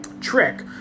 trick